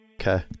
Okay